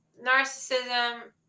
narcissism